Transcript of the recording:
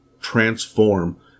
transform